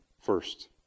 first